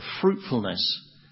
fruitfulness